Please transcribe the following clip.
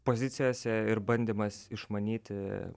pozicijose ir bandymas išmanyti